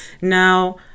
Now